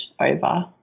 over